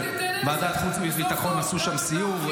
ועדת החוץ והביטחון עשתה שם סיור,